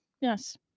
Yes